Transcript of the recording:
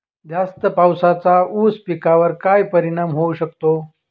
जास्त पावसाचा ऊस पिकावर काय परिणाम होऊ शकतो?